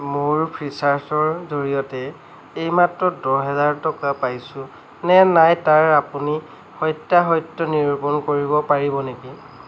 মোৰ ফ্ৰীচাৰ্জৰ জৰিয়তে এইমাত্ৰ দহ হাজাৰ টকা পাইছো নে নাই তাৰ আপুনি সত্যাসত্য নিৰূপণ কৰিব পাৰিব নেকি